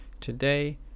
today